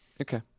Okay